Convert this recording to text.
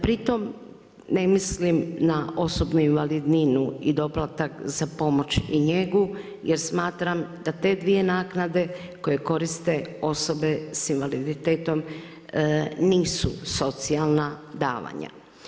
Pritom ne mislim na osobnu invalidninu i doplatak za pomoć i njegu jer smatram da te dvije naknade koje koriste osobe sa invaliditetom nisu socijalna davanja.